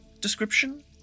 description